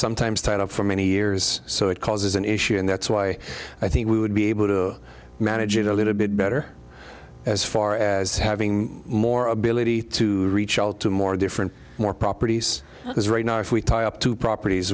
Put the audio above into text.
sometimes tied up for many years so it causes an issue and that's why i think we would be able to manage it a little bit better as far as having more ability to reach out to more different more properties is right now if we tie up two properties